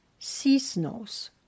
Cisnos